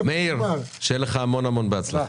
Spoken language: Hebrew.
מאיר, שיהיה לך המון המון בהצלחה.